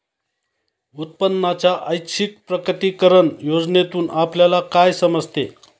उत्पन्नाच्या ऐच्छिक प्रकटीकरण योजनेतून आपल्याला काय समजते?